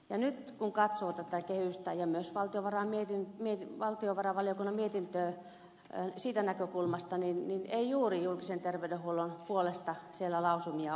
ja nyt kun katsoo tätä kehystä ja myös valtiovarainvaliokunnan mietintöä siitä näkökulmasta niin ei juuri julkisen terveydenhuollon puolesta siellä lausumia ole